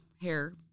hair